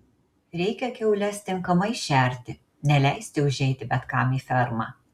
reikia kiaules tinkamai šerti neleisti užeiti bet kam į fermą